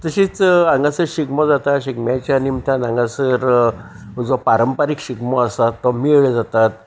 तशींच हांगासर शिगमो जाता शिगम्याच्या निमतान हांगासर जो पारंपारीक शिगमो आसा तो मेळ जातात